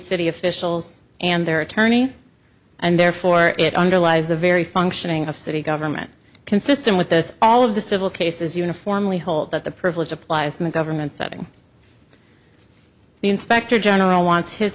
city officials and their attorney and therefore it underlies the very functioning of city government consistent with this all of the civil cases uniformly hold that the privilege applies in the government setting the inspector general wants his